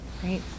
great